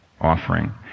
offering